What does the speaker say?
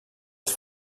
els